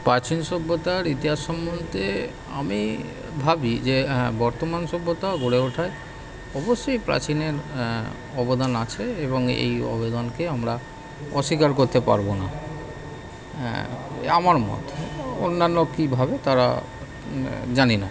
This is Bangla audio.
প্রাচীন সভ্যতার ইতিহাস সম্বন্ধে আমি ভাবি যে হ্যাঁ বর্তমান সভ্যতাও গড়ে ওঠায় অবশ্যই প্রাচীনের অবদান আছে এবং এই অবদানকে আমরা অস্বীকার করতে পারবো না অ্যাঁ আমার মত অন্যান্য কীভাবে তারা জানি না